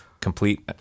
complete